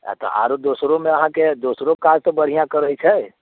आ तऽ आरो दोसरोमे आहाँकेँ दोसरो काज तऽ बढ़िआँ करैत छै